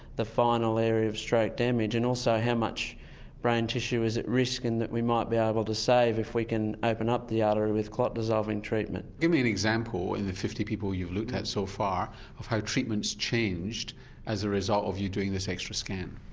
the final area of stroke damage. and also how much brain tissue is at risk and that we might be able to save if we can open up the artery with clot dissolving treatment. give me an example in the fifty people you've looked at so far of how treatment's changed as a result of you doing this extra scan?